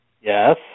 Yes